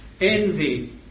envy